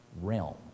realm